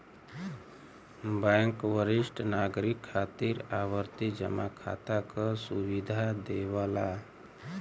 bank वरिष्ठ नागरिक खातिर आवर्ती जमा खाता क सुविधा देवला